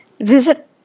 Visit